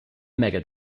mega